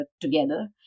together